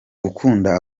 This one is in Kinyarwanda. gukunda